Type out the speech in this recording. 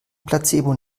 placebo